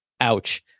Ouch